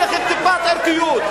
אין לכם טיפת ערכיות.